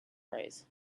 rays